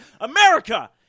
America